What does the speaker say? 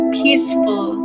peaceful